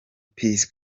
peace